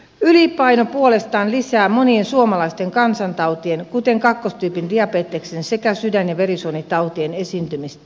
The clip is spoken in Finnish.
ylipaino puolestaan lisää monien suomalaisten kansantautien kuten kakkostyypin diabeteksen sekä sydän ja verisuonitautien esiintymistä